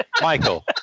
michael